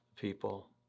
people